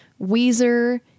Weezer